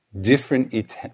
different